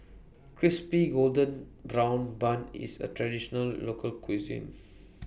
Crispy Golden Brown Bun IS A Traditional Local Cuisine